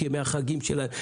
את ימי החגים שלהם,